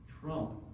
Trump